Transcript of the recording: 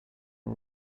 are